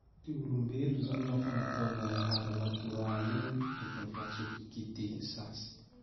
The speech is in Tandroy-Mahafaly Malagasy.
Ty olombelo zany nao fa natao-Nagnahary natoraly igny, tokony fa tsy ho kitihy sasy.